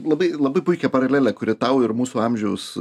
labai labai puikią paralelę kuri tau ir mūsų amžiaus